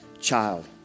child